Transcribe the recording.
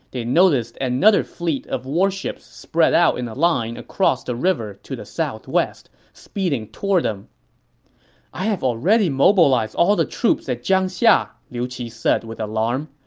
they noticed another fleet of warships spread out in a line across the river to the southwest, speeding toward them i have already mobilized all the troops at jiangxia, liu qi said with alarm.